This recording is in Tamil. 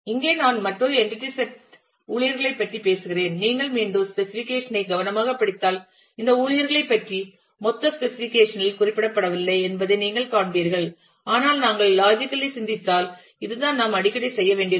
இங்கே நான் மற்றொரு என்டிடி செட் ஊழியர்களைப் பற்றி பேசுகிறேன் நீங்கள் மீண்டும் ஸ்பெசிஃபிகேஷன் ஐ கவனமாகப் படித்தால் இந்த ஊழியர்களைப் பற்றி மொத்த ஸ்பெசிஃபிகேஷன் இல் குறிப்பிடப்படவில்லை என்பதை நீங்கள் காண்பீர்கள் ஆனால் நாங்கள் லாஜிக்கலி சிந்தித்தால் இதுதான் நாம் அடிக்கடி செய்ய வேண்டியது